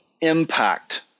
impact